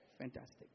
Fantastic